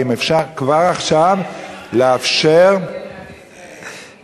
האם אפשר כבר עכשיו לאפשר, מדינת ישראל.